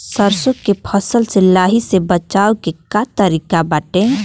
सरसो के फसल से लाही से बचाव के का तरीका बाटे?